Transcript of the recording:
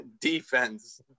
defense